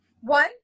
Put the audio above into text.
one